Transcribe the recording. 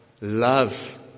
love